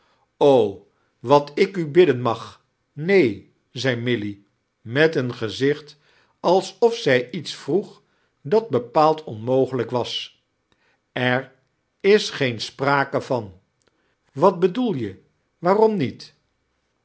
wat ik u bidden mag neen zei milly met een gezicht alsof zij iets vroeg dat bepaald onmogelijk was er is geen sprake van wat bedoel je waarom niet